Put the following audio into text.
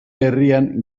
herrian